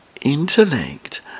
intellect